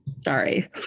sorry